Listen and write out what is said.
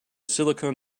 silicon